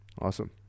Awesome